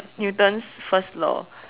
newton's first law